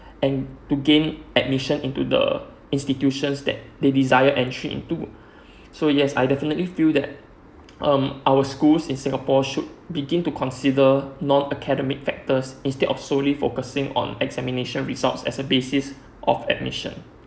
and to gain admission to the institutions that they decide to entry into so yes I definitely feel that um our schools in singapore should begin to consider non academic factors instead of solely focusing on examination results as a basis of admission